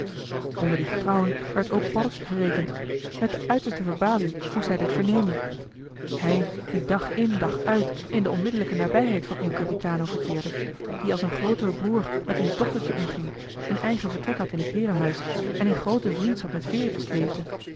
onder die getrouwen werd ook paddeltje gerekend met de uiterste verbazing moest hij dit vernemen hij die dag in dag uit in de onmiddellijke nabijheid van il capitano verkeerde die als een grootere broer met diens dochtertje omging een eigen vertrek had in het heerenhuis en in groote vriendschap met veritas leefde